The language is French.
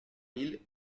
mille